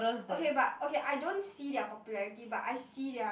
okay but okay I don't see their popularity but I see their